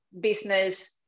business